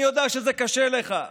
אני יודע שזה קשה לך,